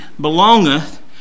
belongeth